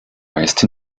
raised